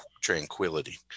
tranquility